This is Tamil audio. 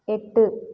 எட்டு